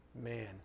man